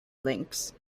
links